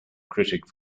critic